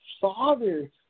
father